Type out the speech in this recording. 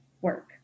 work